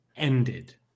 Ended